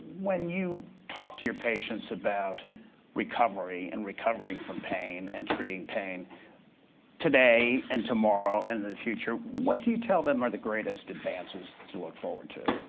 when you talk to your patients about recovery, and recovering from pain, and treating pain today and tomorrow and in the future, what do you tell them are the greatest advances to look forward to?